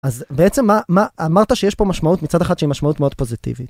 אז בעצם מה, מה, אמרת שיש פה משמעות מצד אחד שהיא משמעות מאוד פוזיטיבית,